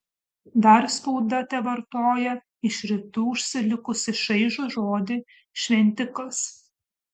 dar spauda tevartoja iš rytų užsilikusį šaižų žodį šventikas